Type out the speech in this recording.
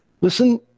Listen